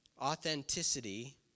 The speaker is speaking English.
Authenticity